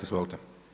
Izvolite.